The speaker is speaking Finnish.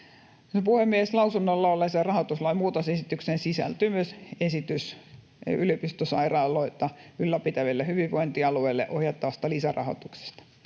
Puhemies! Lausunnolla olleeseen rahoituslain muutosesitykseen sisältyy myös esitys yliopistosairaaloita ylläpitäville hyvinvointialueille ohjattavasta lisärahoituksesta.